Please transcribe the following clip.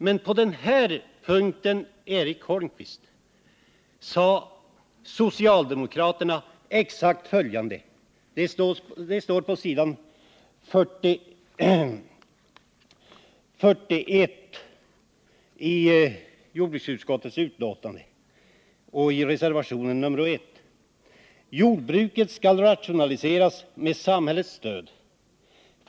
Men på denna punkt, som togs upp i reservation nr 1 på s. 41 i jordbruksutskottets betänkande, sade socialdemokraterna exakt följande: ”Jordbruket skall rationaliseras med samhällets stöd.